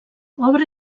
obra